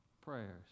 prayers